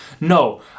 no